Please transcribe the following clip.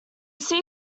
sea